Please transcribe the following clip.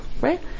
right